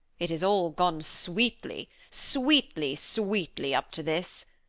it has all gone sweetly, sweetly, sweetly up to this.